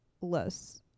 less